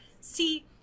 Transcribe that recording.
see